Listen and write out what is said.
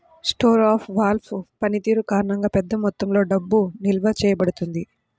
store of value పనితీరు కారణంగా, పెద్ద మొత్తంలో డబ్బు నిల్వ చేయబడుతుంది